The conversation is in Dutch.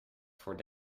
voor